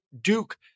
Duke